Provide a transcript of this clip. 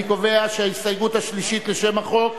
אני קובע שההסתייגות השלישית לשם החוק,